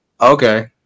Okay